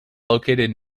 located